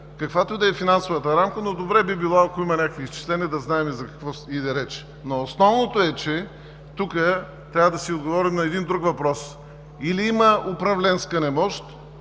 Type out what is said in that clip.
каквато и да е финансовата рамка, но добре би било, ако има някакви изчисления, да знаем за какво иде реч. Основното е, че тук трябва да си отговорим на един друг въпрос – или има управленска немощ,